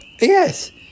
Yes